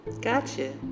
Gotcha